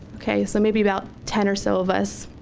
okay, so maybe about ten or so of us.